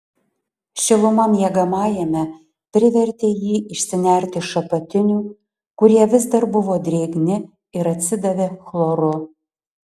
šiluma miegamajame privertė jį išsinerti iš apatinių kurie vis dar buvo drėgni ir atsidavė chloru